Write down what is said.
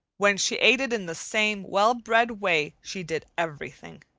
when she ate it in the same well-bred way she did everything.